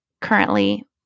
currently